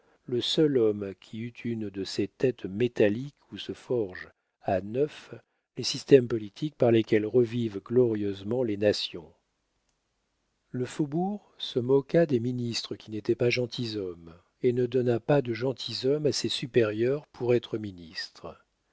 le seul homme qui eût une de ces têtes métalliques où se forgent à neuf les systèmes politiques par lesquels revivent glorieusement les nations le faubourg se moqua des ministres qui n'étaient pas gentilshommes et ne donnait pas de gentilshommes assez supérieurs pour être ministres